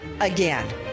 again